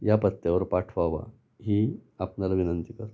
या पत्त्यावर पाठवावा ही आपणाला विनंती करतो